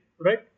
right